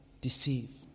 deceived